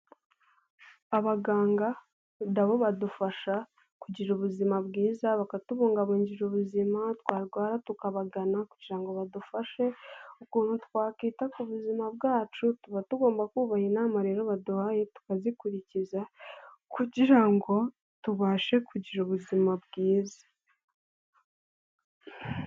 Abaganga na bo badufasha kugira ubuzima bwiza bakatubungabugira ubuzima, twarwara tukabagana kugira ngo badufashe ukuntu twakwita ku buzima bwacu, tuba tugomba kubaha inama rero baduhaye tukazikurikiza, kugira ngo tubashe kugira ubuzima bwiza.